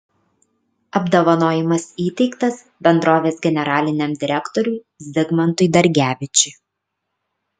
apdovanojimas įteiktas bendrovės generaliniam direktoriui zigmantui dargevičiui